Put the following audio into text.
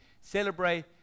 celebrate